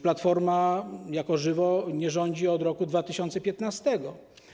Platforma jako żywo nie rządzi od roku 2015.